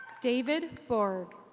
david for